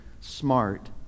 smart